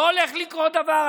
לא הולך לקרות דבר.